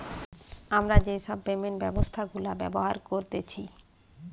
আমরা যেই সব পেমেন্ট ব্যবস্থা গুলা ব্যবহার করতেছি